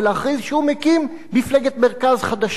להכריז שהוא מקים מפלגת מרכז חדשה.